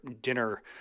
dinner